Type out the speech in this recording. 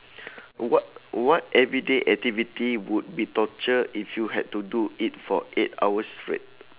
what what everyday activity would be torture if you had to do it for eight hours straight